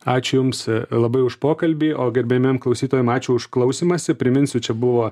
ačiū jums labai už pokalbį o gerbiamiem klausytojam ačiū už klausymąsi priminsiu čia buvo